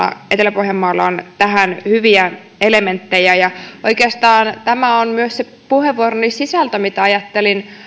etelä pohjanmaalla on tähän hyviä elementtejä oikeastaan tämä on myös se puheenvuoroni sisältö mitä ajattelin